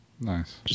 Nice